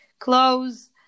clothes